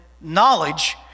knowledge